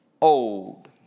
old